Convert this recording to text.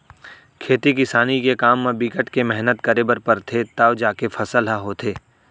खेती किसानी के काम म बिकट के मेहनत करे बर परथे तव जाके फसल ह होथे